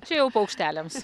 čia jau paukšteliams